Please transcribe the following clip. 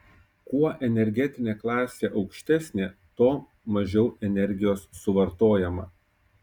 kuo energetinė klasė aukštesnė tuo mažiau energijos suvartojama